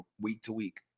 week-to-week